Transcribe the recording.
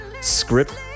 script